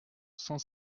cent